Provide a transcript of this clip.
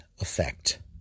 effect